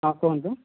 ହଁ କୁହନ୍ତୁ